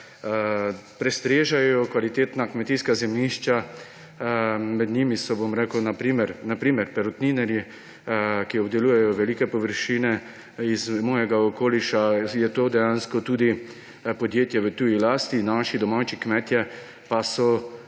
prestrežejo kvalitetna kmetijska zemljišča. Med njimi so na primer perutninarji, ki obdelujejo velike površine. Iz mojega okoliša je to dejansko tudi podjetje v tuji lasti, naši domači kmetje pa so